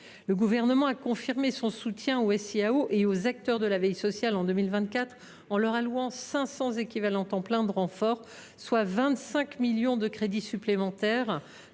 Le Gouvernement a confirmé son soutien aux SIAO et aux acteurs de la veille sociale en 2024, en leur allouant un renfort de 500 équivalents temps plein, soit 25 millions de crédits supplémentaires,